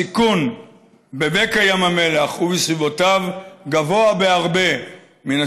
הסיכון להם בבקע ים המלח ובסביבותיו גבוה בהרבה מן